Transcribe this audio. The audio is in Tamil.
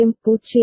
R9 QB